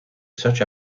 such